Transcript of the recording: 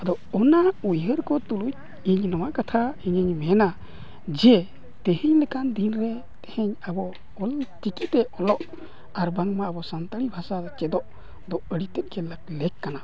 ᱟᱫᱚ ᱚᱱᱟ ᱩᱭᱦᱟᱹᱨ ᱠᱚ ᱛᱩᱞᱩᱡ ᱤᱧ ᱱᱚᱣᱟ ᱠᱟᱛᱷᱟ ᱤᱧᱤᱧ ᱢᱮᱱᱟ ᱡᱮ ᱛᱤᱦᱤᱧ ᱞᱮᱠᱟᱱ ᱫᱤᱱ ᱨᱮ ᱛᱤᱦᱤᱧ ᱟᱵᱚ ᱚᱞ ᱪᱤᱠᱤᱛᱮ ᱚᱞᱚᱜ ᱟᱨ ᱵᱟᱝᱢᱟ ᱟᱵᱚ ᱥᱟᱱᱛᱟᱲᱤ ᱵᱷᱟᱥᱟ ᱪᱮᱫᱚᱜ ᱫᱚ ᱟᱹᱰᱤ ᱛᱮᱫ ᱜᱮ ᱞᱮᱹᱠ ᱠᱟᱱᱟ